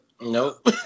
Nope